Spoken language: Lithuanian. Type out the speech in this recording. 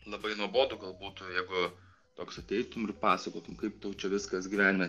labai nuobodu gal būtų jeigu toks ateitum ir pasakotum kaip tu čia viskas gyvenime